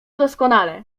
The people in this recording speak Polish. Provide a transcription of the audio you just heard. doskonale